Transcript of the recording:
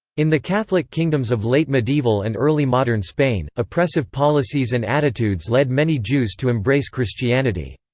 in the catholic kingdoms of late medieval and early modern spain, oppressive policies and attitudes led many jews to embrace christianity.